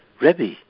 Rebbe